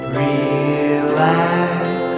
relax